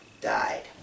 died